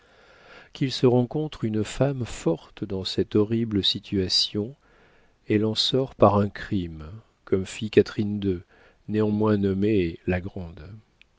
qu'il se rencontre une femme forte dans cette horrible situation elle en sort par un crime comme fit catherine ii néanmoins nommée la grande